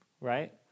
right